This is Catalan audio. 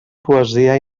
poesia